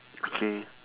okay